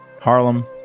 Harlem